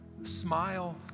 Smile